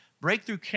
Breakthrough